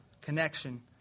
connection